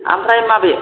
ओमफ्राय माबि